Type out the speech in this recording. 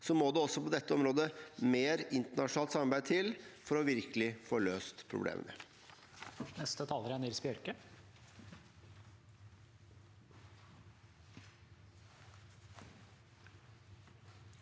– må det også på dette området mer internasjonalt samarbeid til for virkelig å få løst problemene.